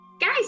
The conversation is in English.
Guys